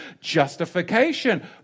justification